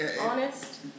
Honest